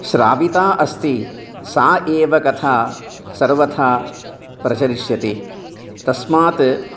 स्राविता अस्ति सा एव कथा सर्वथा प्रसरिष्यति तस्मात्